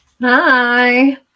Hi